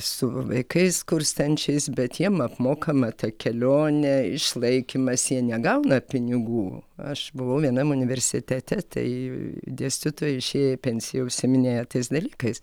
su vaikais skurstančiais bet jiem apmokama ta kelionė išlaikymas jie negauna pinigų aš buvau vienam universitete tai dėstytojai išėję į pensiją užsiiminėja tais dalykais